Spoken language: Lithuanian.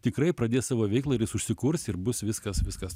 tikrai pradės savo veiklą ir jis užsikurs ir bus viskas viskas